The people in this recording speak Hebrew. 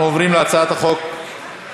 אנחנו עוברים להצעת החוק הבאה,